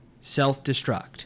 self-destruct